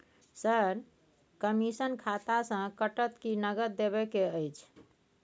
Sir, commission खाता से कटत कि नगद देबै के अएछ?